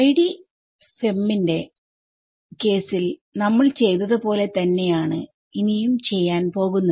ID FEM ന്റെ കേസിൽ നമ്മൾ ചെയ്തത് പോലെ തന്നെയാണ് ഇനിയും ചെയ്യാൻ പോകുന്നത്